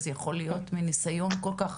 זה יכול להיות, מנסיון כל כך